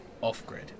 Off-grid